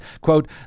quote